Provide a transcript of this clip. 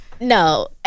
No